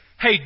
Hey